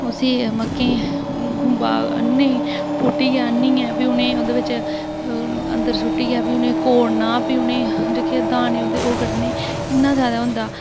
उसी मक्कें गी खुंबा आह्नने ई पुट्टियै आनियै प्ही ओह्दे बिच अंदर सुटियै भी ओह्दे बिच कोह्ड़ना प्ही ओह्दे च दाने उं'दे ओह् कड्ढने इन्ना जादै ओह् होंदा